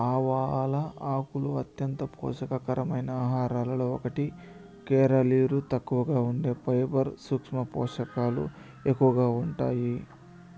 ఆవాల ఆకులు అంత్యంత పోషక కరమైన ఆహారాలలో ఒకటి, కేలరీలు తక్కువగా ఉండి ఫైబర్, సూక్ష్మ పోషకాలు ఎక్కువగా ఉంటాయి